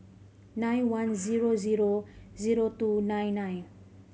nine one zero zero zero two nine nine